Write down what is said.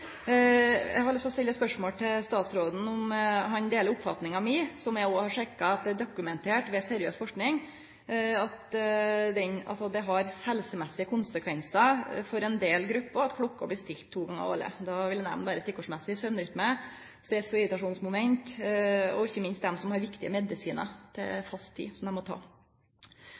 Eg har lyst til å spørje statsråden om han deler oppfatninga mi. Eg har sjekka at det ved seriøs forsking er dokumentert at det har konsekvensar for helsa for ein del grupper at klokka blir stilt to gonger årleg. Då vil eg nemne stikkorda søvnrytme, stress- og irritasjonsmoment, og ikkje minst det at nokre har viktige medisinar som dei må ta